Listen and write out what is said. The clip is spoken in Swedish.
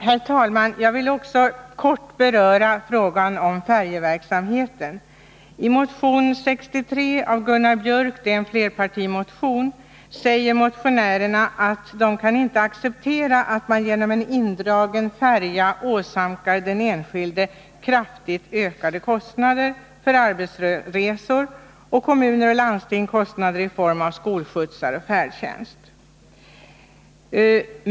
Herr talman! Jag vill också kort beröra frågan om färjeverksamheten. I motion nr 63 av Gunnar Björk i Gävle m.fl. — det är en flerpartimotion — säger motionärerna att de inte kan acceptera att man genom en indragen färja åsamkar den enskilde kraftigt ökade kostnader i arbetsresor samt kommuner och landsting kostnader i form av skolskjutsar och färdtjänst.